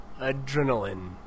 adrenaline